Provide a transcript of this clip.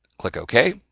click ok.